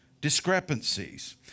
discrepancies